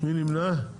מי נמנע?